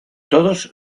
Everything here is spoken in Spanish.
todos